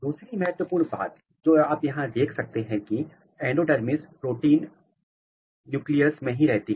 दूसरी महत्वपूर्ण बात जो आप यहां देख सकते हैं की एंडोडर्मिस प्रोटीन न्यूक्लियस में ही रहती है